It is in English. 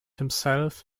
himself